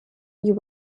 you